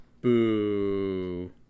Boo